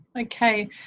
okay